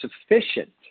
sufficient